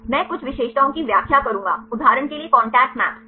मैं कुछ विशेषताओं की व्याख्या करूंगा उदाहरण के लिए कांटेक्ट मैप्स सही